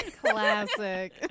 Classic